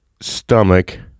stomach